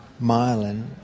myelin